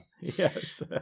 yes